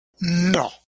no